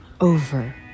over